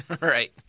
right